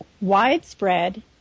widespread